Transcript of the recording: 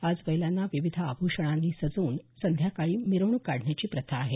आज बैलाला विविध आभ्षणांनी सजवून संध्याकाळी मिरवणूक काढण्याची प्रथा आहे